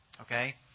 okay